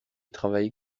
travaille